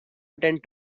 attend